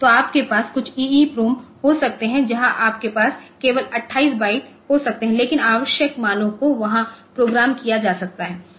तो आपके पास कुछ EEPROM हो सकते हैं जहां आपके पास केवल 28 बाइट्स हो सकते हैं लेकिन आवश्यक मानों को वहां प्रोग्राम किया जा सकता है